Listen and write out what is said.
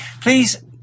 please